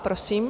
Prosím.